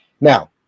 Now